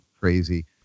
crazy